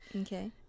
okay